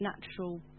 natural